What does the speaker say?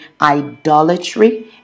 idolatry